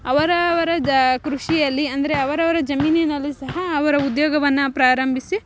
ಅವರ ಅವರ ಕೃಷಿಯಲ್ಲಿ ಅಂದರೆ ಅವರವರ ಜಮೀನಿನಲ್ಲಿ ಸಹ ಅವರ ಉದ್ಯೋಗವನ್ನು ಪ್ರಾರಂಭಿಸಿ